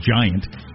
giant